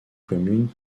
communes